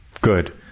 Good